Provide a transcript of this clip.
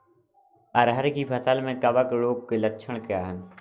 अरहर की फसल में कवक रोग के लक्षण क्या है?